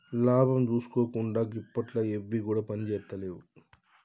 లాభం జూసుకోకుండ గిప్పట్ల ఎవ్విగుడ పనిజేత్తలేవు